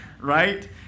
right